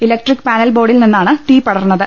electric panel ബോർഡിൽ നിന്നാണ് തീപടർന്നത്